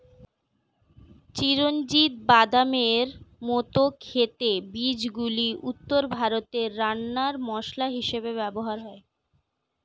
চিরঞ্জিত বাদামের মত খেতে বীজগুলি উত্তর ভারতে রান্নার মসলা হিসেবে ব্যবহার হয়